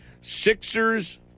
sixers